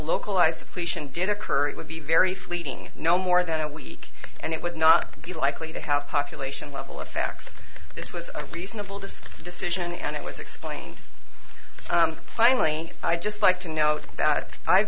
localized depletion did occur it would be very fleeting no more than a week and it would not be likely to have population level effects this was a reasonable just decision and it was explained finally i just like to note that i've